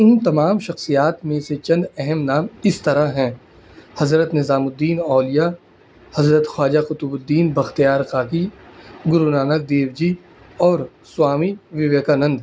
ان تمام شخصیات میں سے چند اہم نام اس طرح ہیں حضرت نظام الدین اولیہ حضرت خواجہ قطب الدین بختیار کاکی گرو نانک دیو جی اور سوامی وویکانند